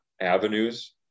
avenues